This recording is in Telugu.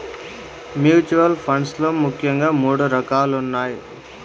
మ్యూచువల్ ఫండ్స్ లో ముఖ్యంగా మూడు రకాలున్నయ్